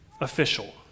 official